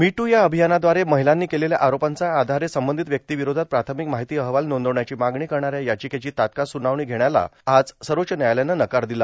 मी दू या अभियानाद्वारे महिलांनी केलेल्या आरोपांच्या आधारे संबंधित व्यक्तिंविरोधात प्राथमिक माहिती अहवाल नोंदवण्याची मागणी करणाऱ्या याचिकेची तात्काळ सुनावणी घेण्याला आज सर्वोच्च न्यायालयानं नकार दिला